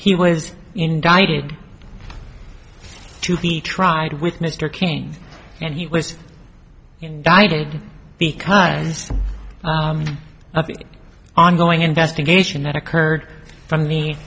he was indicted to be tried with mr king and he was indicted because of the ongoing investigation that occurred from